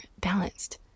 balanced